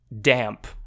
Damp